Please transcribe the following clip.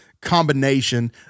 combination